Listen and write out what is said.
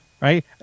Right